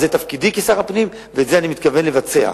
זה תפקידי כשר הפנים, ואת זה אני מתכוון לבצע.